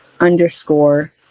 underscore